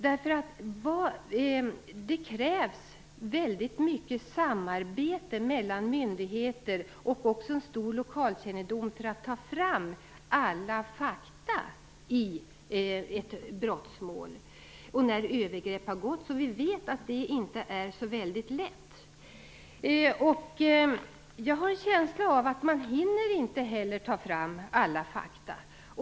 Det krävs väldigt mycket samarbete mellan myndigheter och en stor lokalkännedom för att ta fram alla fakta i ett brottmål och när övergrepp har skett. Vi vet att det inte är så väldigt lätt. Jag har en känsla av att man heller inte hinner ta fram alla fakta.